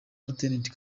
rtd